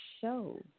show